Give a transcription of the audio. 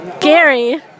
Gary